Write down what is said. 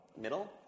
middle